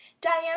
diana